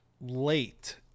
late